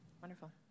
Wonderful